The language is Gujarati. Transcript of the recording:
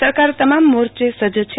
સરકાર તમામ મોરચ સજજ છે